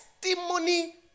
testimony